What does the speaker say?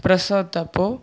பிரசவத்தப்போது